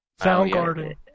Soundgarden